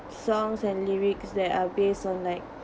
songs and lyrics that are based on like